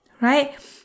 right